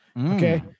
Okay